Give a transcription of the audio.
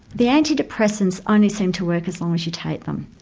the antidepressants only seem to work as long as you take them.